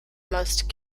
most